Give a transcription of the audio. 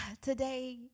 Today